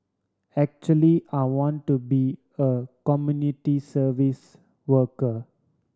actually I want to be a community service worker